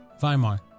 Weimar